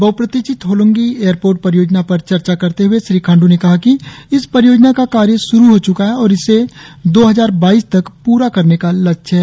बहप्रतिक्षित Hollongi airport परियोजना की चर्चा करते हए श्री खांडू ने कहा कि इस परियोजना का कार्य श्रु हो च्का है और इसे दो हजार बाईस तक पूरा करने का लक्ष्य है